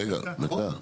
רגע, סליחה.